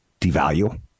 devalue